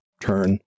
turn